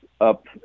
up